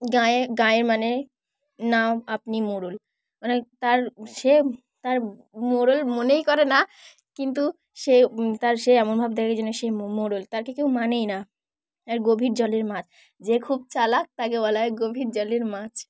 গাঁয়ে গাঁয়ের মানে না আপনি মোড়ল মানে তার সে তার মোড়ল মনেই করে না কিন্তু সে তার সে এমন ভাব দেখায় যেন সে মোড়ল তাকে কেউ মানেই না আর গভীর জলের মাছ যে খুব চালাক তাকে বলা হয় গভীর জলের মাছ